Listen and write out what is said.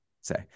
say